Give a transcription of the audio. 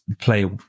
play